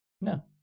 no